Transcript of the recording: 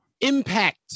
impact